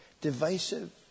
Divisive